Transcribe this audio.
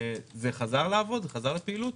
זה חזר לפעילות?